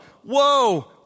whoa